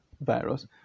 virus